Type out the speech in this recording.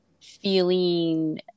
feeling